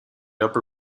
upper